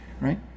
right